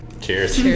cheers